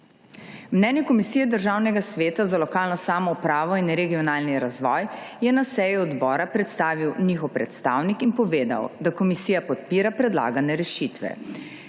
Mnenje Komisije Državnega sveta za lokalno samoupravo in regionalni razvoj je na seji Odbora predstavil njihov predstavnik in povedal, da komisija podpira predlagane rešitve.